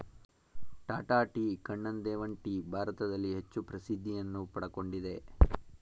Tata tea, Kannan Devan tea ಭಾರತದಲ್ಲಿ ಹೆಚ್ಚು ಪ್ರಸಿದ್ಧಿಯನ್ನು ಪಡಕೊಂಡಿವೆ